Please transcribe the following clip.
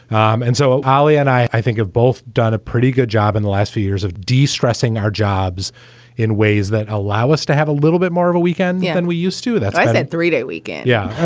um and so polly and i think have both done a pretty good job in the last few years of de-stressing our jobs in ways that allow us to have a little bit more of a weekend. yeah, and we used to that. i said three day weekend. yeah,